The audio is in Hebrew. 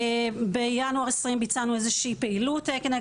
בינואר 2020 ביצענו איזושהי פעילות כנגד